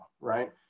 right